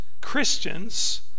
Christians